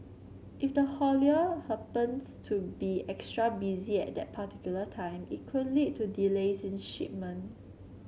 if the haulier happens to be extra busy at that particular time it could lead to delays in shipment